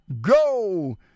go